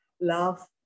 love